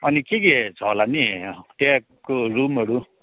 अनि के के छ होला नि त्यहाँको रुमहरू